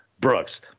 Brooks